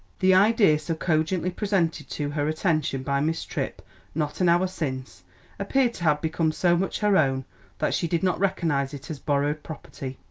the idea so cogently presented to her attention by miss tripp not an hour since appeared to have become so much her own that she did not recognise it as borrowed property.